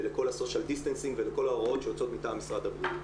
ולכל ה- Social distancing ולכל ההוראות שיוצאות מטעם משרד הבריאות.